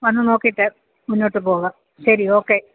വന്ന് നോക്കിയിട്ട് മുന്നോട്ട് പോകാം ശരി ഓക്കെ